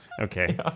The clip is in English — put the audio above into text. okay